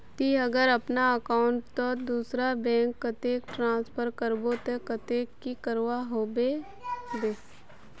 ती अगर अपना अकाउंट तोत दूसरा बैंक कतेक ट्रांसफर करबो ते कतेक की करवा होबे बे?